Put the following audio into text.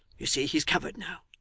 you see he's covered now.